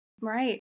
right